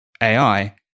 AI